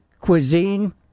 cuisine